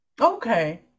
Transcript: Okay